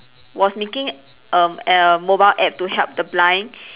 was making um a mobile App to help the blind